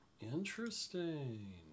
Interesting